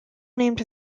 named